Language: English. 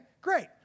great